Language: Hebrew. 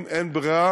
אם אין ברירה,